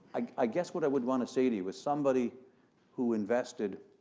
i i guess what i would want to say to you as somebody who invested